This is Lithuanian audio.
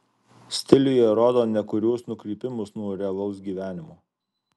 stiliuje rodo nekuriuos nukrypimus nuo realaus gyvenimo